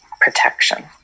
protection